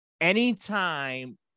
anytime